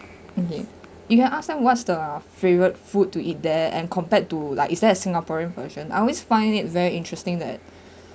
okay you can ask them what's the favourite food to eat there and compared to like is there a singaporean version I always find it very interesting that